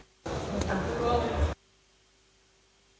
Hvala.